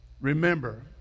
Remember